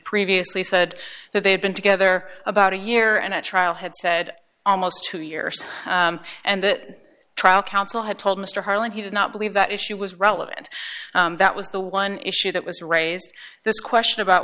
previously said that they had been together about a year and a trial had said almost two years and that trial counsel had told mr harland he did not believe that issue was relevant that was the one issue that was raised this question about